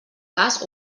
cas